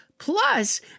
Plus